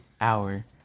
hour